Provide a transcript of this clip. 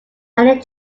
allen